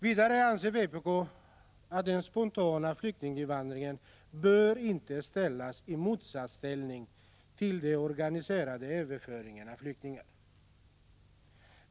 Vidare anser vpk att den spontana flyktinginvandringen inte bör sättas i motsatsställning till den organiserade överföringen av flyktingar.